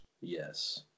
Yes